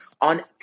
on